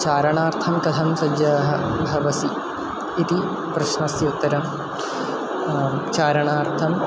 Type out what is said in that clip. चारणार्थं कथं सज्जः भवसि इति प्रश्नस्य उत्तरं चारणार्थं